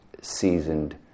seasoned